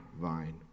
vine